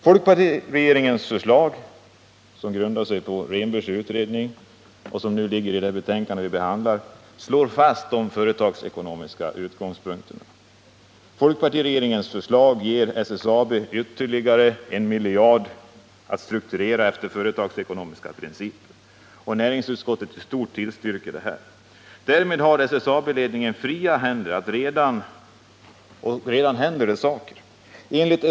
Folkpartiregeringens förslag, som behandlas i detta betänkande och som grundar sig på Rehnbergs utredning, slår fast de företagsekonomiska utgångspunkterna. Folkpartiregeringens förslag ger SSAB ytterligare en miljard att strukturera efter företagsekonomiska principer. Och näringsutskottet tillstyrker i stort. Därmed har SSAB-ledningen fria händer. Och redan nu händer saker.